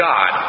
God